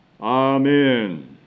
Amen